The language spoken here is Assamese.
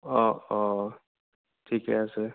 অঁ অঁ ঠিকেই আছে